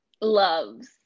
loves